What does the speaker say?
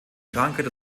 krankheit